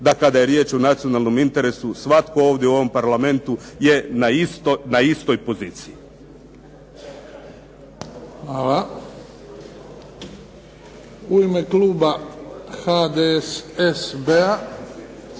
da kada je riječ o nacionalnom interesu svatko ovdje u ovom Parlamentu je na istoj poziciji. **Bebić, Luka (HDZ)**